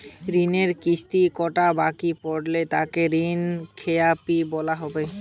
ঋণের কিস্তি কটা বাকি পড়লে তাকে ঋণখেলাপি বলা হবে?